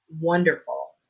wonderful